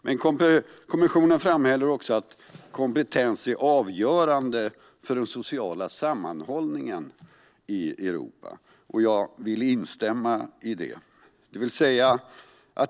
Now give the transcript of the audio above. Men kommissionen framhåller också att kompetens är avgörande för den sociala sammanhållningen i Europa. Jag instämmer i det.